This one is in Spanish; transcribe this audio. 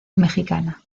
mexicana